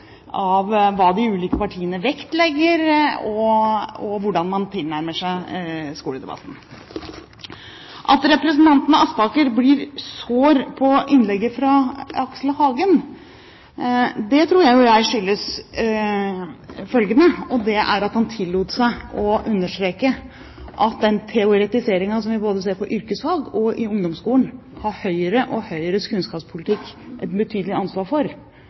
innlegget fra Aksel Hagen, tror jeg skyldes følgende: at han tillot seg å understreke at den teoretiseringen som vi ser både i yrkesfag og i ungdomsskolen, har Høyre og Høyres kunnskapspolitikk et betydelig ansvar for.